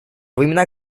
времена